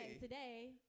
Today